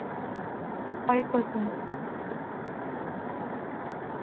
five percent